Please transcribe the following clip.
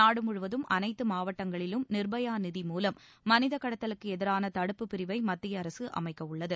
நாடு முழுவதும் அனைத்து மாவட்டங்களிலும் நிர்பயா நிதி மூவம் மனித கடத்தலுக்கு எதிரான தடுப்பு பிரிவை மத்திய அரசு அமைக்கவுள்ளது